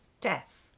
death